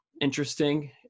interesting